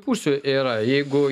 pusių yra jeigu